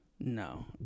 No